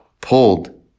pulled